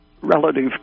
Relative